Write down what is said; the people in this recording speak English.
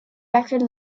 record